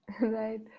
Right